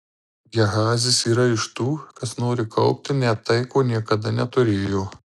gehazis yra iš tų kas nori kaupti net tai ko niekada neturėjo